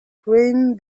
green